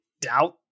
doubt